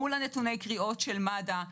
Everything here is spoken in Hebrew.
מול נתוני הקריאות של מד"א,